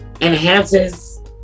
enhances